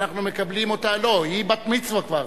ואנחנו מקבלים אותה, היא כבר בת-מצווה.